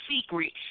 secret